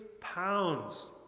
pounds